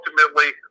ultimately